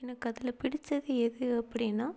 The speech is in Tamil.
எனக்கு அதில் பிடித்தது எது அப்படின்னா